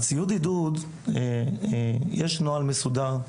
הציוד עידוד יש נוהל מסודר.